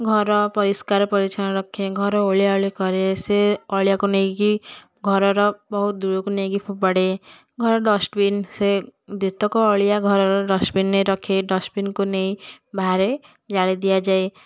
ଘର ପରିଷ୍କାର ପରିଚ୍ଛନ୍ନ ରଖେ ଘର ଓଳିଆଓଳି କରେ ସେ ଅଳିଆକୁ ନେଇକି ଘରର ବହୁତ ଦୂରକୁ ନେଇକି ଫୋପାଡ଼େ ଘର ଡଷ୍ଟବିନ୍ ସେ ଯେତକ ଅଳିଆ ଘରର ଡଷ୍ଟବିନ୍ରେ ରଖେ ଡଷ୍ଟବିନ୍କୁ ନେଇ ବାହାରେ ଜାଳି ଦିଆଯାଏ